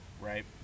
right